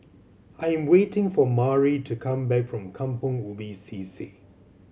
I am waiting for Mari to come back from Kampong Ubi C C